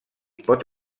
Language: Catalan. pot